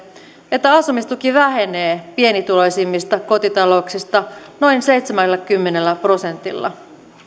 että asumistuki vähenee pienituloisimmista kotitalouksista noin seitsemänkymmentä prosenttialla